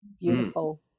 Beautiful